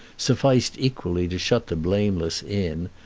sufficed equally to shut the blameless in,